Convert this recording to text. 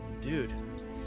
Dude